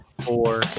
four